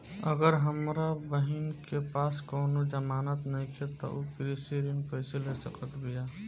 अगर हमार बहिन के पास कउनों जमानत नइखें त उ कृषि ऋण कइसे ले सकत बिया?